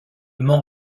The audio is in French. mans